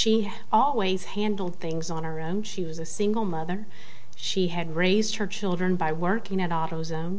she has always handled things on her own she was a single mother she had raised her children by working at auto zone